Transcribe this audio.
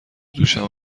دوشم